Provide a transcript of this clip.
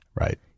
Right